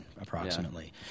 approximately